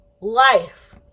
life